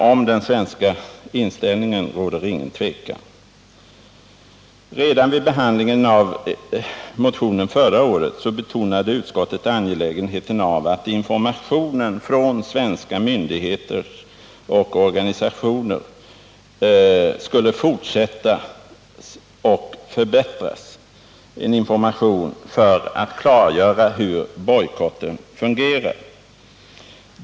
Om den svenska inställningen kan alltså ingen tvekan råda. Redan vid behandlingen av motionen förra året betonade utskottet angelägenheten av att informationen från svenska myndigheter och organisationer skulle fortsättas och förbättras — information för att klargöra hur bojkotten fungerar.